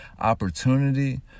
opportunity